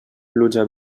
pluja